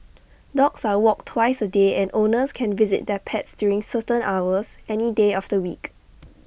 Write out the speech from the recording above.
dogs are walked twice A day and owners can visit their pets during certain hours any day of the week